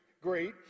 great